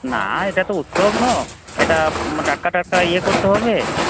না এটা তো উৎসব না এটা টাটকা টাটকা ইয়ে করতে হবে